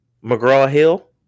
McGraw-Hill